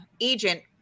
agent